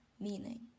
meaning